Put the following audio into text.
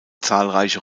zahlreiche